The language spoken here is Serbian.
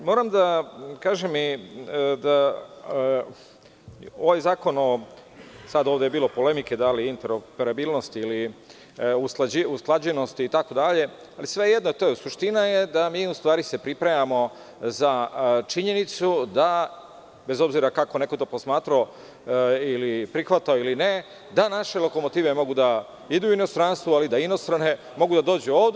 Moram da kažem ovaj zakon, bilo je sad polemike da li interoparabilnosti ili usklađenost, ali svejedno je, suština je da se mi u stvari pripremamo za činjenicu da bez obzira kako te neko posmatrao, prihvatao ili ne, da naše lokomotive mogu da idu u inostranstvo, ali da inostrane mogu da dođu ovde.